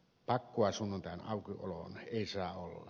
pakkoa sunnuntain aukioloon ei saa olla